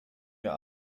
wir